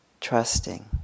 trusting